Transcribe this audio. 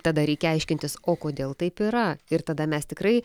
tada reikia aiškintis o kodėl taip yra ir tada mes tikrai